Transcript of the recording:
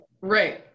right